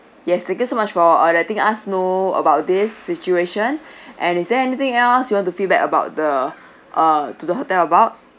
yes thank you so much for uh letting us know about this situation and is there anything else you want to feedback about the uh to the hotel about